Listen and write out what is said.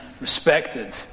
respected